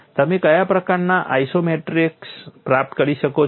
તમે કયા પ્રકારનાં આઇસોક્રોમેટિક્સ પ્રાપ્ત કરી શકો છો